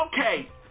okay